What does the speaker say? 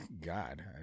God